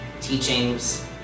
teachings